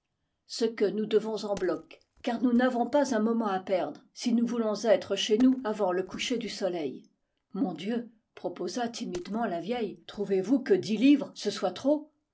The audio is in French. ce que nous vous devons en bloc car nous n'avons pas un moment à perdre si nous voulons être chez nous avant ie coucher du soleil mon dieu proposa timidement la vieille trouvez-vous que dix livres ce soit trop